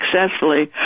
successfully